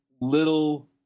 little